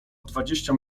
dwadzieścia